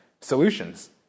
solutions